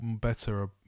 better